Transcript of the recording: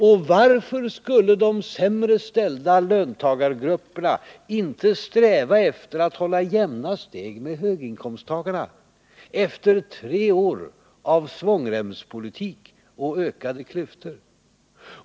Och varför skulle de sämre ställda löntagargrupperna inte sträva efter att hålla jämna steg med höginkomsttagarna efter tre år av svångremspolitik och ökade klyftor?